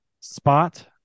spot